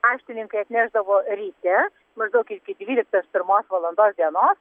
paštininkai atnešdavo ryte maždaug iki dvyliktos pirmos valandos dienos